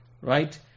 right